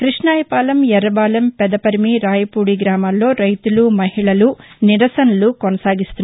కృష్ణాయపాలెం ఎర్రబాలెం పెద పరిమి రాయపూది గ్రామాల్లో రైతులు మహిళలు నిరసనలు కొనసాగిస్తున్నారు